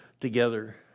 together